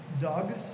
dogs